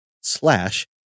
slash